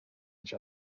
each